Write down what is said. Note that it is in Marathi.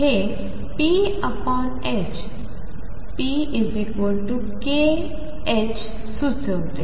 हे p p ℏk सुचवते